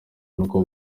n’uko